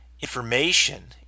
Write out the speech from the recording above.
information